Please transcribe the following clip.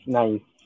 nice